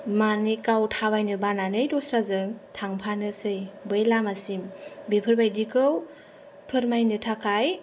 माने गाव थाबायनो बानानै दस्राजों थांफानोसै बै लामासिम बेफोरबादिखौ फोरमायनो थाखाय